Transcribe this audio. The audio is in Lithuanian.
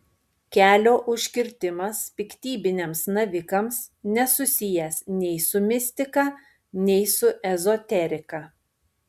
kelio užkirtimas piktybiniams navikams nesusijęs nei su mistika nei su ezoterika